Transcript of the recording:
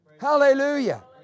Hallelujah